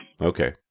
Okay